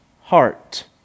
heart